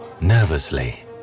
Nervously